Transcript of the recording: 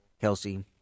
Kelsey